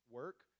work